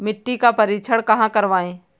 मिट्टी का परीक्षण कहाँ करवाएँ?